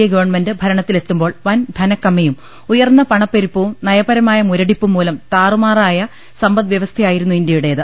A government ഭരണത്തിലെത്തു മ്പോൾ വൻ ധനക്കമ്മിയും ഉയർന്ന പണപ്പെരുപ്പവും നയപരമായ മുരടിപ്പുംമൂലം താറുമാറായ സമ്പദ്വ്യവസ്ഥയായിരുന്നു ഇന്ത്യയു ടേത്